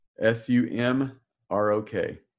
S-U-M-R-O-K